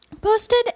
posted